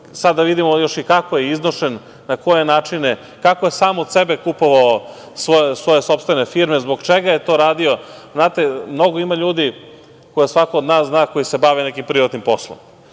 Sada vidimo kako je iznošen, na koje načine, kako je sam od sebe kupovao svoje sopstvene firme, zbog čega je to radio. Znate, mnogo ima ljudi koje svako od nas zna koji se bave nekim privatnim poslom.